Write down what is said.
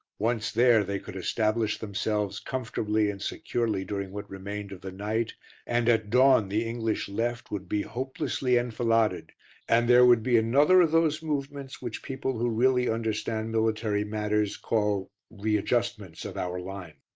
once there they could establish themselves comfortably and securely during what remained of the night and at dawn the english left would be hopelessly enfiladed and there would be another of those movements which people who really understand military matters call readjustments of our line.